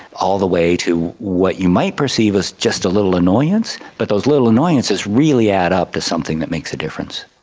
all the way to what you might perceive as just a little annoyance. but those little annoyances really add up to something that makes a difference.